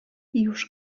już